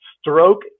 stroke